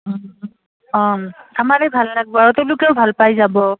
অঁ আমাৰেই ভাল লাগব আৰু তেওঁলোকেও ভাল পাই যাব